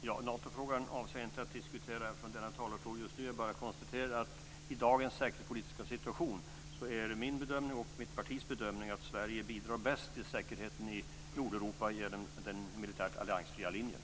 Fru talman! Jag avser inte att diskutera Natofrågan från denna talarstol just nu. Jag konstaterar att i dagens säkerhetspolitiska situation är det min och mitt partis bedömning att Sverige bidrar bäst till säkerheten i Nordeuropa genom den militärt alliansfria linjen.